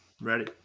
Ready